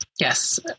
Yes